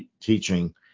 teaching